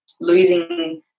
losing